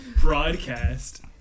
Broadcast